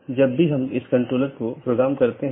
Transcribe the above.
तो 16 बिट के साथ कई ऑटोनॉमस हो सकते हैं